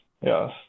yes